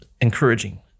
encouraging